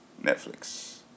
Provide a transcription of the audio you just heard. Netflix